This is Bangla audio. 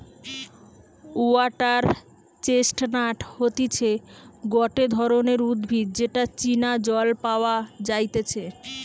ওয়াটার চেস্টনাট হতিছে গটে ধরণের উদ্ভিদ যেটা চীনা জল পাওয়া যাইতেছে